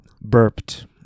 burped